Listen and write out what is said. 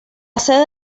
sede